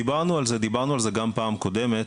דיברנו על זה גם בפעם הקודמת,